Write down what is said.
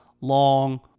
long